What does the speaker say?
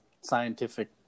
scientific